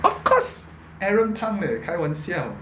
of course aaron pang leh 开玩笑